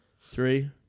three